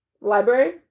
library